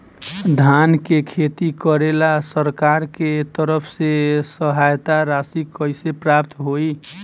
धान के खेती करेला सरकार के तरफ से सहायता राशि कइसे प्राप्त होइ?